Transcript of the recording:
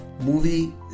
Movie